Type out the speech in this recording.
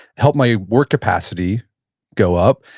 helped my work capacity go up,